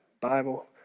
Bible